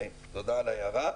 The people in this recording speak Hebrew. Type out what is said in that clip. תודה על ההערה.